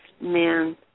man